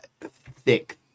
thick